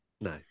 No